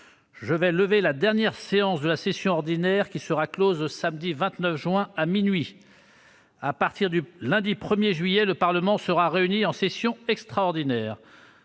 Je vais lever la dernière séance de la session ordinaire, qui sera close samedi 29 juin à minuit. À partir du lundi 1 juillet, le Parlement sera réuni en session extraordinaire.